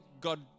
God